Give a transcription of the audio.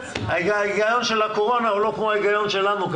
ההיגיון של הקורונה הוא לא כמו ההיגיון שלנו,